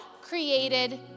created